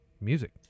music